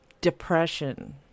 depression